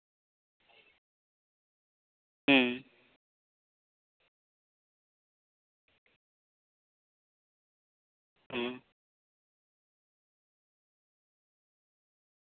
ᱦᱩᱸ ᱦᱩᱸ